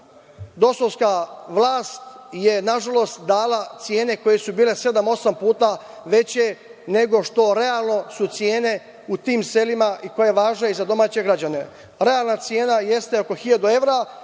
DOS-ovska vlast je nažalost dala cene koje su bile sedam-osam puta veće nego što su realno cene u tim selima i koje važe i za domaće građane. Realna cena jeste oko 1.000 evra,